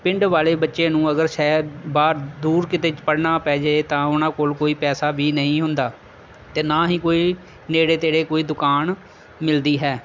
ਪਿੰਡ ਵਾਲੇ ਬੱਚੇ ਨੂੰ ਅਗਰ ਸ਼ਹਿਰ ਬਾਹਰ ਦੂਰ ਕਿਤੇ ਪੜ੍ਹਨਾ ਪੈ ਜੇ ਤਾਂ ਉਹਨਾਂ ਕੋਲ ਕੋਈ ਪੈਸਾ ਵੀ ਨਹੀਂ ਹੁੰਦਾ ਅਤੇ ਨਾ ਹੀ ਕੋਈ ਨੇੜੇ ਤੇੜੇ ਕੋਈ ਦੁਕਾਨ ਮਿਲਦੀ ਹੈ